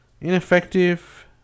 ineffective